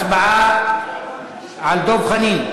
הצבעה על דב חנין,